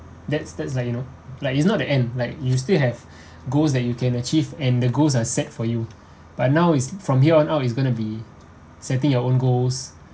that's that's like you know like it's not the end like you still have goals that you can achieve and the goals are set for you but now it's from here on out it's gonna be setting your own goals